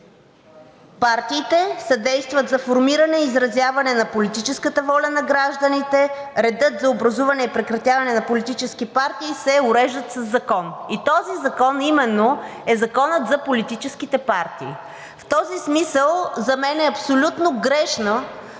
Партиите съдействат за формиране и изразяване на политическата воля на гражданите, реда за образуване и прекратяване на политически партии се уреждат със закон и този закон именно е Законът за политическите партии. В този смисъл за мен е абсолютно грешна